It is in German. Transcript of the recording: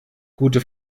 gute